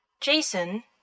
Jason